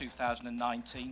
2019